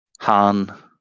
Han